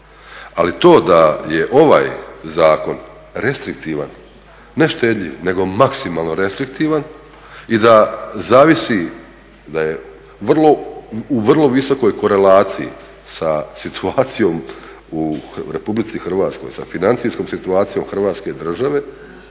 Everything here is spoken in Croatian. Ali to da je ovaj zakon restriktivan, ne štedljiv nego maksimalno restriktivan i da zavisi da je vrlo, da je u vrlo visokoj korelaciji sa situacijom u RH sa financijskom situacijom Hrvatske države